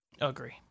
Agree